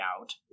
out